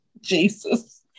jesus